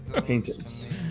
Paintings